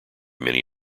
many